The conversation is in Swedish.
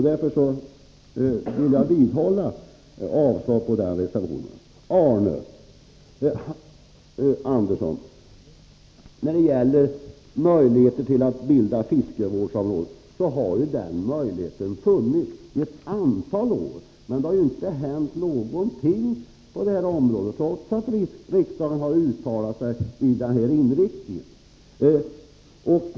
Därför vill jag vidhålla yrkandet om avslag på den motionen. Möjligheten att bilda fiskevårdsområden har, Arne Andersson i Ljung, funnits ett antal år. Men det har inte hänt någonting på detta område, trots att riksdagen har uttalat sig för en sådan inriktning.